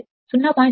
44 0